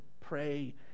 pray